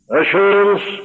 assurance